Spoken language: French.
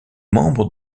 membre